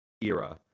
era